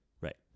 Right